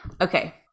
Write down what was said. Okay